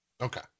okay